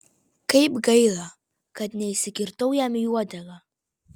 kaip gaila kad neįsikirtau jam į uodegą